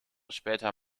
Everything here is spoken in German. später